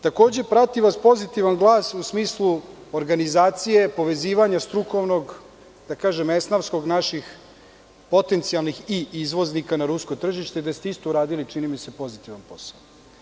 Takođe, prati vas pozitivan glas u smislu organizacije, povezivanja strukovnog, da kažem esnafskog, naših potencijalnih i izvoznika na Ruskoj tržište gde ste isto uradili, čini mi se pozitivan posao.